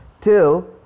till